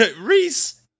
Reese